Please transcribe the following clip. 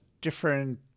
different